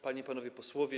Panie i Panowie Posłowie!